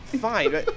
fine